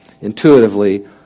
intuitively